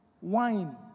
wine